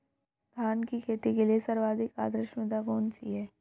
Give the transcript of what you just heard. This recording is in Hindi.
धान की खेती के लिए सर्वाधिक आदर्श मृदा कौन सी है?